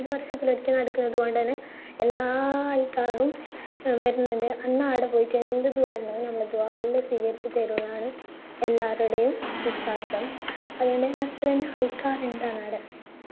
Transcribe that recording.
അഞ്ചു വർഷത്തിൽ ഒരിക്കൽ നടക്കുന്നത് കൊണ്ട് തന്നെ എല്ലാ ആൾക്കാറും വരുന്നുണ്ട് അന്ന് അടെ പോയിട്ട് എന്ത് ദുആ എരന്നാലും നമ്മളെ ദുആ എല്ലാം സ്വീകരിച്ച് തരുന്നതാണ് എല്ലാവരുടെയും വിശ്വാസം അതുകൊണ്ടു തന്നെ അത്ര തന്നെ ആൾക്കാരുണ്ട് ആടെ